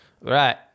Right